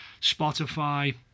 Spotify